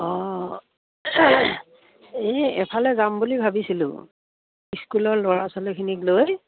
অঁ এই এফালে যাম বুলি ভাবিছিলোঁ স্কুলৰ ল'ৰা ছোৱালীখিনিক লৈ